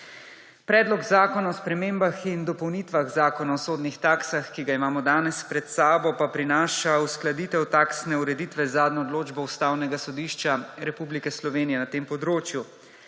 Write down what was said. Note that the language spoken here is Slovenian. Predlog zakona o spremembah in dopolnitvah Zakona o sodnih taksah, ki ga imamo danes pred sabo, pa prinaša uskladitev taksne ureditve z zadnjo odločbo Ustavnega sodišča Republike Slovenije na tem področju.